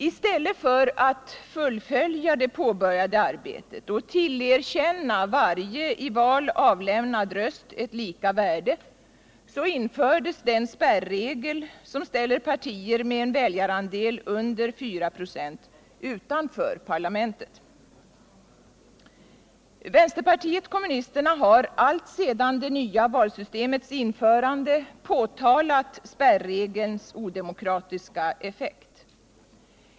I stället för att fullfölja det påbörjade arbetet och tillerkänna varje i val avlämnad röst lika värde införde man den spärregel som ställer partier med en väljarandel under 4 96 utanför parlamentet. Vänsterpartiet kommunisterna har alltsedan det nya valsystemets införande påtalat spärregelns odemokratiska effekt.